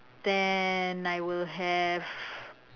then I will have